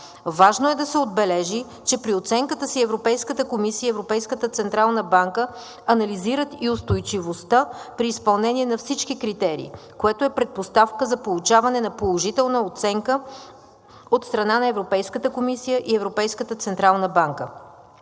Важно е да се отбележи, че при оценката си Европейската комисия и Европейската централна банка анализират и устойчивостта при изпълнение на всички критерии, което е предпоставка за получаване на положителна оценка от страна на Европейската комисия и Европейската централна банка.